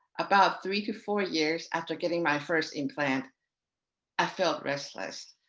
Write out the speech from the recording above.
about three to four years after getting my first implant i felt restless.